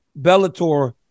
Bellator